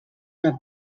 una